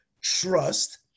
Trust